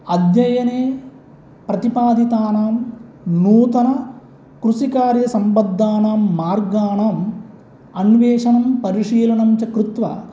अध्ययने प्रतिपादितानां नूतनकृषिकार्यसम्बद्धानां मार्गाणाम् अन्वेषणं परिशीलनं च कृत्वा